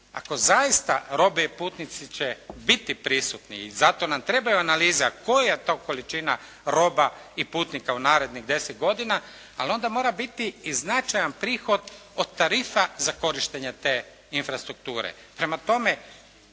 Ako zaista robe i putnici će biti prisutni i za to nam treba analiza koja je to količina roba i putnika u narednih 10 godina, ali onda mora biti i značajan prihod od tarifa za korištenje te infrastrukture.